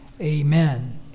amen